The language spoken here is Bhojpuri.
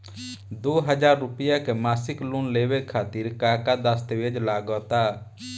दो हज़ार रुपया के मासिक लोन लेवे खातिर का का दस्तावेजऽ लग त?